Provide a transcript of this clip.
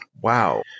Wow